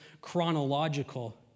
chronological